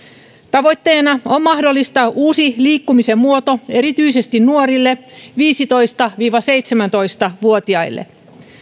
tavoitteena on mahdollistaa uusi liikkumisen muoto erityisesti nuorille viisitoista viiva seitsemäntoista vuotiaille